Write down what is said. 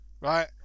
right